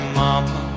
mama